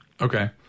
Okay